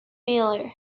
miller